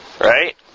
Right